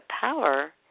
power